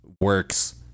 works